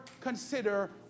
consider